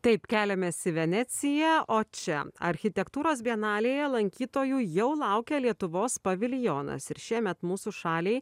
taip keliamės į veneciją o čia architektūros bienalėje lankytojų jau laukia lietuvos paviljonas ir šiemet mūsų šaliai